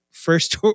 First